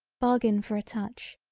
bargain for a touch,